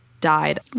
died